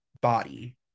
body